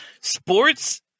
sports